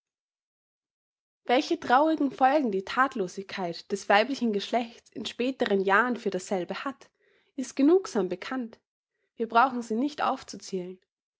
welche traurigen folgen die thatlosigkeit des weiblichen geschlechts in späteren jahren für dasselbe hat ist genugsam bekannt wir brauchen sie nicht aufzuzählen